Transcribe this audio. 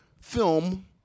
film